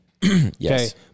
Yes